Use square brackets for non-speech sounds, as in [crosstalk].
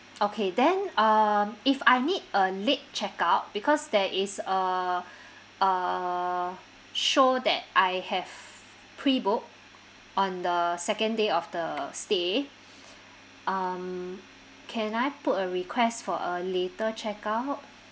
okay then um if I need a late checkout because there is a [breath] a show that I have pre booked on the second day of the stay [breath] um can I put a request for a later checkout